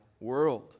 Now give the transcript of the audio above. world